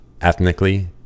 ethnically